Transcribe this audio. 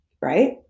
right